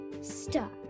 Star